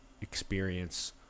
experience